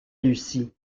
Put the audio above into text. lucie